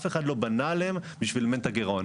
אבל אף אחד לא בנה עליהם בשביל לממן את הגירעון.